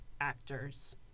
actors